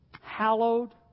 hallowed